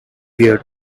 beard